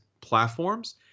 platforms